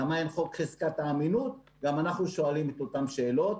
למה אין חוק חזקת האמינות גם אנחנו שואלים את אותן שאלות.